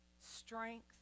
strength